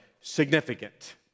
Significant